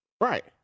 Right